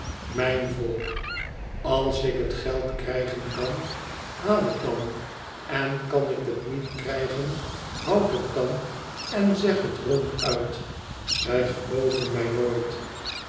mijn volk i als ik het geld krijgen kan haal het dan en kan ik het niet krijgen houd het dan en zeg het ronduit zij gelooven mij nooit